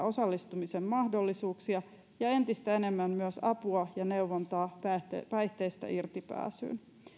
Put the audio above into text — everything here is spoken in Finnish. osallistumisen mahdollisuuksia matalalla kynnyksellä ja entistä enemmän myös apua ja neuvontaa päihteistä päihteistä irtipääsyyn